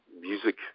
music